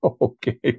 Okay